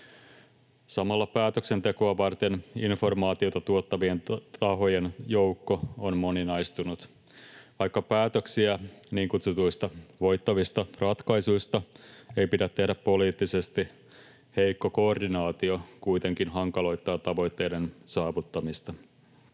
Samalla päätöksentekoa varten informaatiota tuottavien tahojen joukko on moninaistunut. Vaikka päätöksiä niin kutsutuista voittavista ratkaisuista ei pidä tehdä poliittisesti, heikko koordinaatio kuitenkin hankaloittaa tavoitteiden saavuttamista.